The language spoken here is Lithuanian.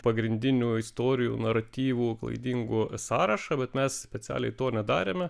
pagrindinių istorijų naratyvų klaidingų sąrašą bet mes specialiai to nedarėme